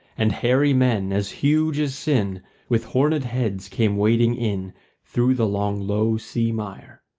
and hairy men, as huge as sin with horned heads, came wading in through the long, low sea-mire.